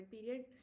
period